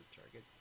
target